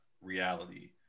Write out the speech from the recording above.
reality